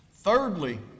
Thirdly